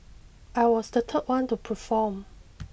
I was the third one to perform